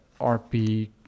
RP